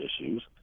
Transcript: issues